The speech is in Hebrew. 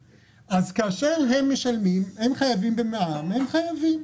גם מכירה מקומית של עסק ישראלי חייבת במע"מ וגם ייבוא חייב במע"מ.